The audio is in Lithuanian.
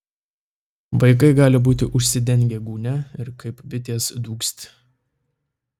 vaikai gali būti užsidengę gūnia ir kaip bitės dūgzti